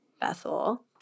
Bethel